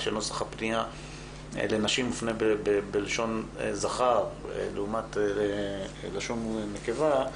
כשנוסח הפנייה לנשים מופנה בלשון זכר לעומת לשון נקבה,